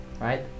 right